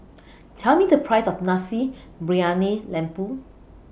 Tell Me The Price of Nasi Briyani Lembu